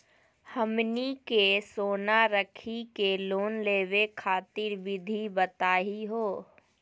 हमनी के सोना रखी के लोन लेवे खातीर विधि बताही हो?